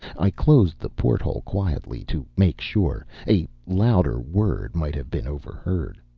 i closed the porthole quietly, to make sure. a louder word might have been overheard.